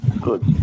Good